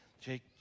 Jake